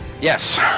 Yes